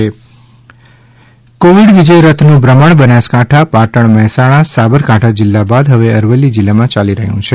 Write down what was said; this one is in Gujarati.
કોવિડ વિજય રથનું ભ્રમણ કોવિડ વિજય રથનું ભ્રમણ બનાસકાંઠા પાટણ મહેસાણા સાબરકાંઠા જિલ્લા બાદ હવે અરવલ્લી જિલ્લામાં યાલી રહ્યું છે